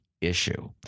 issue